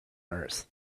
earth